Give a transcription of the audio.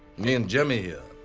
me and jimmy here,